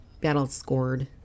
battle-scored